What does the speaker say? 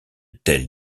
telle